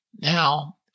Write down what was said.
Now